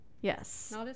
Yes